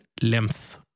LEMS